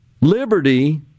liberty